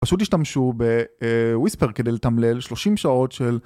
פשוט השתמשו בוויספר כדי לתמלל 30 שעות של